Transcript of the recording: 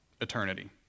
eternity